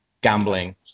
Gambling